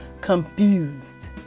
confused